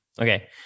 Okay